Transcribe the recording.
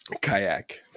kayak